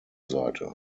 seite